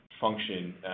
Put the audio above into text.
function